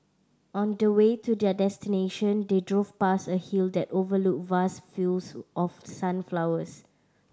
on the way to their destination they drove past a hill that overlooked vast fields of sunflowers